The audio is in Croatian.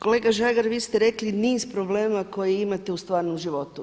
Kolega Žagar, vi ste rekli niz problema koje imate u stvarnom životu.